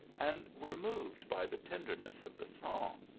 and were moved by the tenderness of the song.